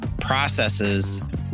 processes